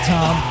Tom